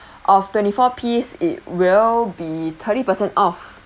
of twenty four piece it will be thirty percent off